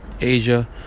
Asia